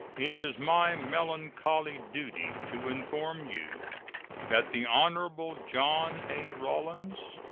it is my melancholy duty to inform you that the hon. john a. rawlins,